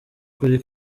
kuri